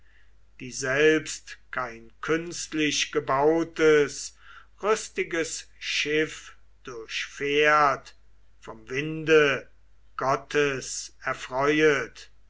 die selbst kein künstlichgebautes rüstiges schiff durchfährt vom winde gottes erfreuet